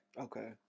Okay